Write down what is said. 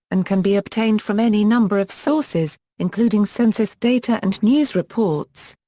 and can be obtained from any number of sources, including census data and news reports.